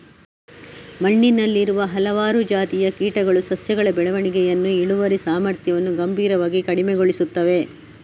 ಮಣ್ಣಿನಲ್ಲಿರುವ ಹಲವಾರು ಜಾತಿಯ ಕೀಟಗಳು ಸಸ್ಯಗಳ ಬೆಳವಣಿಗೆಯನ್ನು, ಇಳುವರಿ ಸಾಮರ್ಥ್ಯವನ್ನು ಗಂಭೀರವಾಗಿ ಕಡಿಮೆಗೊಳಿಸುತ್ತವೆ